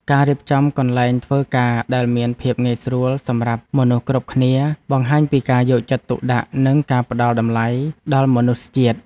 ការរៀបចំកន្លែងធ្វើការដែលមានភាពងាយស្រួលសម្រាប់មនុស្សគ្រប់គ្នាបង្ហាញពីការយកចិត្តទុកដាក់និងការផ្តល់តម្លៃដល់មនុស្សជាតិ។